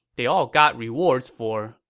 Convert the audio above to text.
they all got rewards for,